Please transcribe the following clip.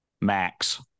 Max